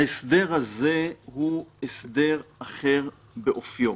ההסדר הזה הוא הסדר אחר באופיו,